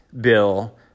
bill